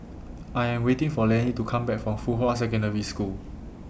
I Am waiting For Lennie to Come Back from Fuhua Secondary School